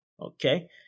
Okay